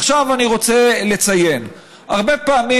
עכשיו אני רוצה לציין: הרבה פעמים